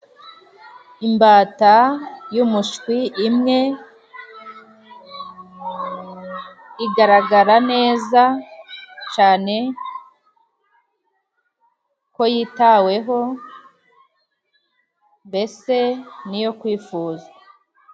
Imbata y'umushwi imwe igaragara neza cane ko yitaweho mbese ni iyo kwifuzwa.